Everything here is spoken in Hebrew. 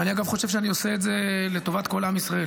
ואני אגב חושב שאני עושה את זה לטובת כל עם ישראל,